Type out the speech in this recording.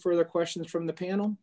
further questions from the panel